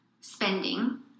Spending